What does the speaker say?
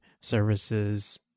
services